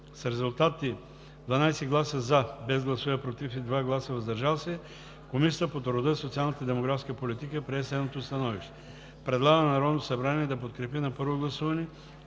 С резултати: 12 гласа „за“, без гласове „против“ и 2 гласа „въздържал се“, Комисията по труда, социалната и демографската политика прие следното становище: Предлага на Народното събрание да подкрепи на първо гласуване